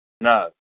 No